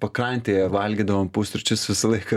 pakrantėje valgydavom pusryčius visą laiką